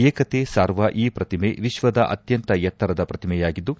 ಏಕತೆ ಸಾರುವ ಈ ಪ್ರತಿಮೆ ವಿಶ್ವದ ಅತ್ಯಂತ ಎತ್ತರದ ಪ್ರತಿಮೆಯಾಗಿದ್ದು